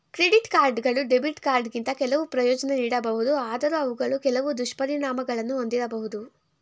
credit ಕಾರ್ಡ್ಗಳು debit ಕಾರ್ಡ್ಗಿಂತ ಕೆಲವು ಪ್ರಯೋಜ್ನ ನೀಡಬಹುದು ಆದ್ರೂ ಅವುಗಳು ಕೆಲವು ದುಷ್ಪರಿಣಾಮಗಳನ್ನು ಒಂದಿರಬಹುದು